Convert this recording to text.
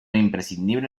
imprescindible